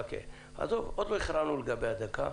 עזוב, עוד לא הכרענו לגבי הדקה,